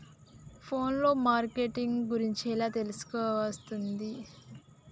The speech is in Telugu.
ఫోన్ లో మార్కెటింగ్ గురించి ఎలా తెలుసుకోవస్తది?